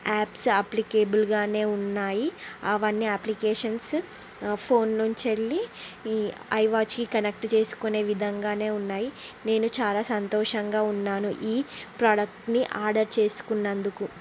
apps అప్లికేబుల్గానే ఉన్నాయి అవన్నీ అప్లికేషన్స్ ఫోన్ నుంచి వెళ్ళి ఈ ఐ వాచీ కనెక్ట్ చేసుకునే విధంగానే ఉన్నాయి నేను చాలా సంతోషంగా ఉన్నాను ఈ ప్రోడక్ట్ని ఆర్డర్ చేసుకున్నందుకు